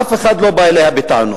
אף אחד לא בא אליה בטענות.